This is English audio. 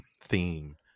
theme